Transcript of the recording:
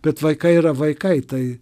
bet vaikai yra vaikai tai